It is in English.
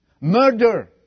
Murder